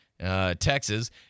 Texas